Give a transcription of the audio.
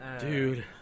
Dude